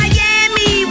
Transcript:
Miami